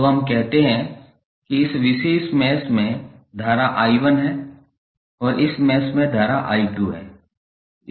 तो हम कहते हैं कि इस विशेष मैश में धारा I1 है इस मैश में धारा I2 है